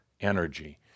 energy